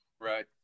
Right